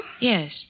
Yes